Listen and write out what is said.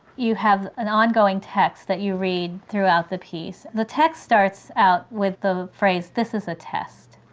you have an ongoing text that you read throughout the piece. the text starts out with the phrase this is a test.